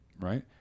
right